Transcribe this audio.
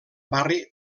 barri